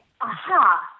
aha